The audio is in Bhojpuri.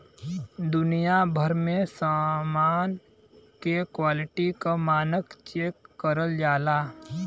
दुनिया भर में समान के क्वालिटी क मानक चेक करल जाला